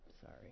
sorry